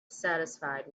satisfied